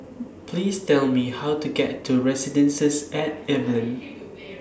Please Tell Me How to get to Residences At Evelyn